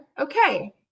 okay